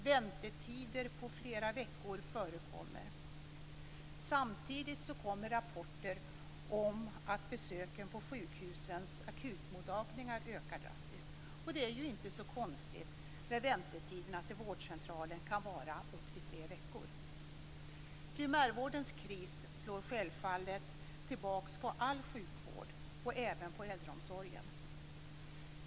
Väntetider på flera veckor förekommer. Samtidigt kommer rapporter om att besöken på sjukhusens akutmottagningar ökar drastiskt, och det är ju inte så konstigt när väntetiderna till vårdcentralen kan vara upp till tre veckor. Primärvårdens kris slår självfallet tillbaka på all sjukvård, och även på äldreomsorgen.